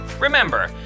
Remember